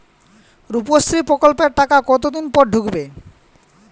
রুপশ্রী প্রকল্পের টাকা কতদিন পর ঢুকবে?